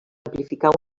amplificar